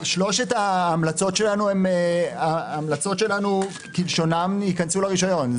שלוש ההמלצות שלנו כלשונן ייכנסו לרשיון.